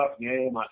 game